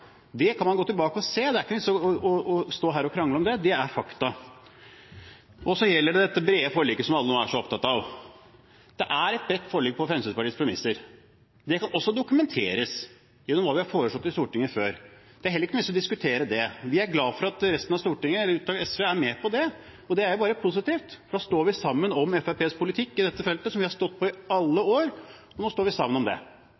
Det kan man gå tilbake og se, det er det ikke noe vits i å stå her og krangle om. Det er fakta. Så gjelder det dette brede forliket som alle nå er så opptatt av. Det er et bredt forlik på Fremskrittspartiets premisser. Det kan også dokumenteres, gjennom hva vi har foreslått i Stortinget før. Det er heller ikke noen vits i å diskutere det. Vi er glad for at resten av Stortinget, unntatt SV, er med på det. Det er jo bare positivt, da står vi sammen om Fremskrittspartiets politikk på dette feltet, som vi har stått på i alle år. Nå står vi sammen om det.